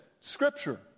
Scripture